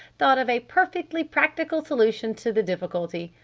thought of a perfectly practical solution to the difficulty.